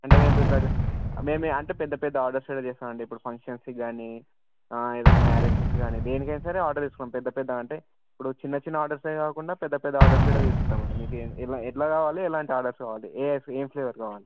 అంటే మేము ఇట్లా మేమే అంటే పెద్ద పెద్ద ఆర్డర్స్ కూడా చేస్తామండి ఇప్పుడు ఫంక్షన్స్కి గానీ ఏదైనా మ్యారేజస్ గానీ దేనికైనా సరే ఆర్డర్ తీసుకోను పెద్ద పెద్ద అంటే ఇప్పుడు చిన్న చిన్న ఆర్డర్సే కాకుండా పెద్ద పెద్ద ఆర్డర్స్ కూడా తీసుకుంటామండి మీకు ఎలా ఎట్లా గావాలి ఎలాంటి ఆర్డర్స్ కావాలి ఏ ఏం ఫ్లేవర్ గావాలి